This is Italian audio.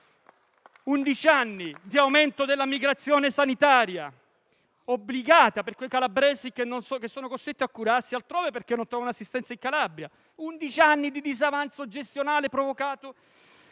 anni di aumento della migrazione sanitaria obbligata per quei calabresi che sono costretti a curarsi altrove perché non trovano assistenza in Calabria; undici anni di disavanzo gestionale provocato